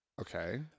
Okay